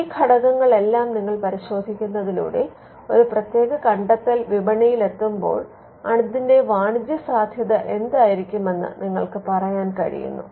ഈ ഘടകങ്ങളെല്ലാം നിങ്ങൾ പരിശോധിക്കുന്നതിലൂടെ ഒരു പ്രത്യേക കണ്ടെത്തൽ വിപണിയിൽ എത്തുമ്പോൾ അതിന്റെ വാണിജ്യ സാധ്യത എന്തായിരിക്കുമെന്ന് നിങ്ങൾക്ക് പറയാൻ കഴിയുന്നു